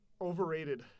Overrated